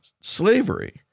slavery